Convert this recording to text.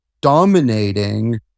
dominating